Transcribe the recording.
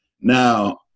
Now